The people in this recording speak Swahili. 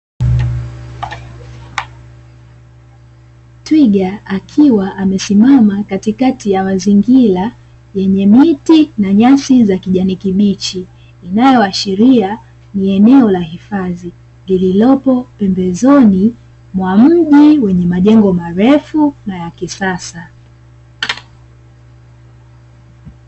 Twiga akiwa amesimama katikati ya mazingira yenye miti na nyasi za kijani kibichi, inayoashiria ni eneo la hifadhi; lililopo pembezoni mwa mji wenye majengo marefu na ya kisasa.